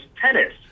tennis